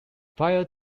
prior